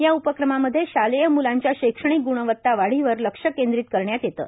या उपक्रमामध्ये शालेय म्लांच्या शैक्षणिक ग्णवत्ता वाढीवर लक्ष केंद्रित करण्यात येतं